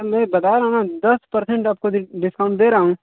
नहीं बता रहा हूँ न दस परसेंट आपको डिस डिस्काउंट दे रहा हूँ